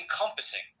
encompassing